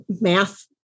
math